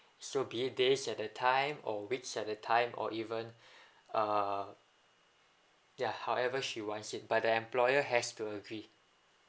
so be it days at a time or weeks at a time or even err ya however she wants it but the employer has to agree